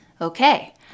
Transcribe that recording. Okay